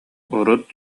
урут